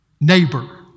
neighbor